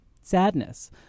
sadness